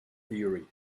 theory